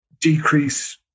decrease